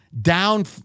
down